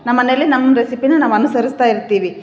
ನಮ್ಮ ಮನೇಲಿ ನಮ್ಮ ರೆಸಿಪಿನ ನಾವು ಅನುಸರಿಸ್ತಾ ಇರ್ತೀವಿ